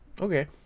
Okay